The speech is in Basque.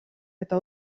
eta